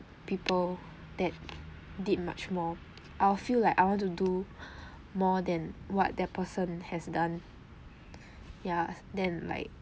people that did much more I'll feel like I want to do more than what that person has done ya then like